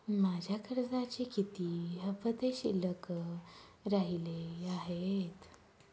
माझ्या कर्जाचे किती हफ्ते शिल्लक राहिले आहेत?